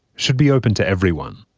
should be open to everyone.